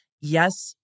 Yes